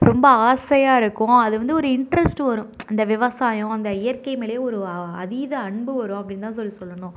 ரொம்ப ஆசையாக இருக்கும் அது வந்து ஒரு இன்ட்ரஸ்ட் வரும் அந்த விவசாயம் அந்த இயற்கை மேலேயே ஒரு அதீத அன்பு வரும் அப்படின்னுதான் சொல்லி சொல்லணும்